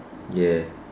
ya